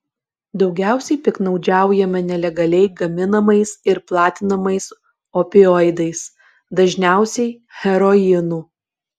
daugiausiai piktnaudžiaujama nelegaliai gaminamais ir platinamais opioidais dažniausiai heroinu